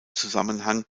zusammenhang